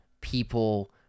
people